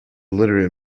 literate